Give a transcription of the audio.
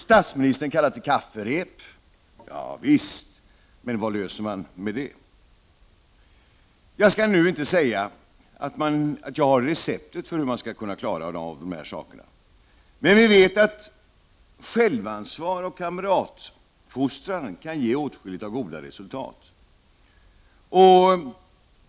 Statsministern kallar till kafferep — ja visst, men vad löser man med det? Jag skall inte säga att jag har receptet för hur man skall kunna klara av de här sakerna, men vi vet att självansvar och kamratfostran kan ge åtskilligt av goda resultat.